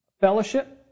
fellowship